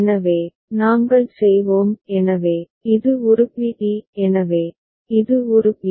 எனவே நாங்கள் செய்வோம் எனவே இது ஒரு பி டி எனவே இது ஒரு பி